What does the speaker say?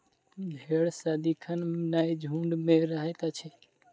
भेंड़ सदिखन नै झुंड मे रहैत अछि